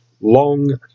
long